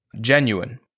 genuine